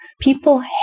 People